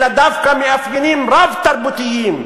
אלא דווקא מאפיינים רב-תרבותיים,